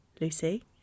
Lucy